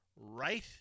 right